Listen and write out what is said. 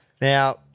Now